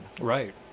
Right